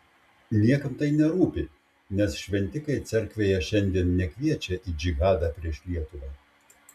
niekam tai nerūpi nes šventikai cerkvėje šiandien nekviečia į džihadą prieš lietuvą